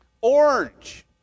Orange